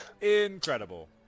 Incredible